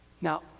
Now